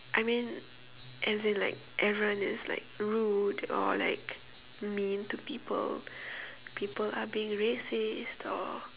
I mean as in like everyone is like rude or like mean to people people are being racist or